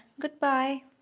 Goodbye